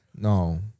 No